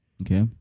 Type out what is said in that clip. Okay